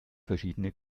verschiedene